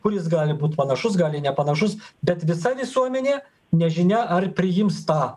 kuris gali būt panašus gali nepanašus bet visa visuomenė nežinia ar priims tą